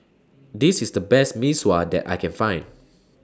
This IS The Best Mee Sua that I Can Find